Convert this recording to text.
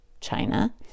China